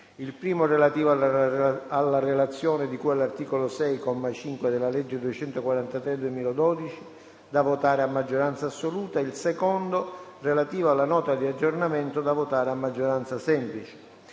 il primo, relativo alla relazione di cui all'articolo 6, comma 5, della legge n. 243 del 2012, da votare a maggioranza assoluta; il secondo, relativo alla Nota di aggiornamento da votare a maggioranza semplice.